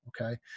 okay